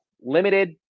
limited